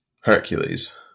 Hercules